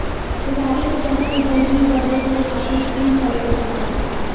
खेसारी के फसल जल्दी बड़े के खातिर की करे के चाही?